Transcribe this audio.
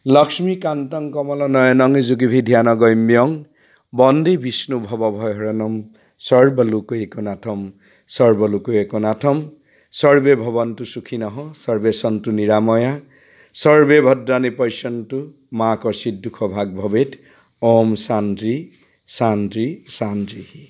লক্ষ্মীকান্তংম কমলানায়নম যোগীভীৰ্ধ্যানগম্য বন্দে বিষ্ণুম ভৱভায়াহৰম সৰ্বলোকাইকানাথম সৰ্বলোকাইকানাথম সৰ্বে ভৱন্তু সুখিনঃ সৰ্বে সন্তু নিৰাময়াঃ সৰ্বে ভদ্ৰাণি পশ্যন্তু মা কশ্চিৎ দুঃখভাগ্ ভৱেৎ ওম্ শান্তিঃ শান্তিঃ শান্তিঃ